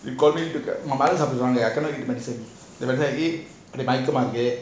according to that மருந்து சாப்பிடுறது நாலா:marunthu sapdurathu naala I cannot eat என்னக்கு ஒரேய மயக்கமா இருக்கு:ennaku orey mayakama iruku